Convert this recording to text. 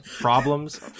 problems